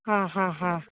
ಹಾಂ ಹಾಂ ಹಾಂ